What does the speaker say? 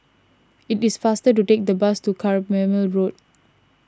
it is faster to take the bus to Carpmael Road